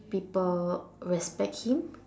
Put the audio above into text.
people respect him